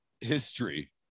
history